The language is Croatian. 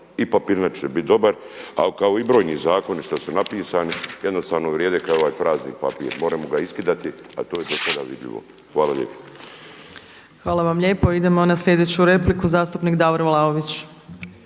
i papirnato će biti dobar, a kao i brojni zakoni što su napisani jednostavno vrijede kao ovaj prazni papir, moremo ga iskidati, a to je do sada vidljivo. Hvala lijepo. **Opačić, Milanka (SDP)** Hvala vam lijepo. Idemo na sljedeću repliku, zastupnik Davor Vlaović.